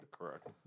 Correct